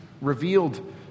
revealed